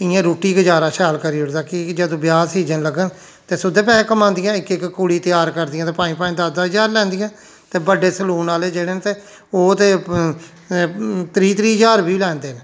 इ'यां रुट्टी गजारा शैल करी ओड़दा कि की जदूं ब्याह दा सीजन लग्गा ते सुद्दे पैहे कमांदियां इक इक कुड़ी त्यार करदियां ते पंज पंज दस दस ज्हार लैंदियां ते बड्डे सलून आहले जेह्ड़े न ते ओह् ते त्रीह् त्रीह् ज्हार बी लैंदे न